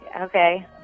Okay